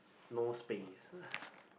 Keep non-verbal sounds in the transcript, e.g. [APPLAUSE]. no space [BREATH]